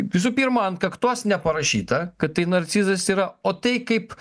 visų pirma ant kaktos neparašyta kad tai narcizas yra o tai kaip